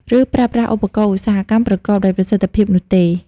ឬប្រើប្រាស់ឧបករណ៍ឧស្សាហកម្មប្រកបដោយប្រសិទ្ធភាពនោះទេ។